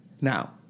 now